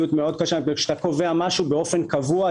כשאתה קובע משהו באופן קבוע,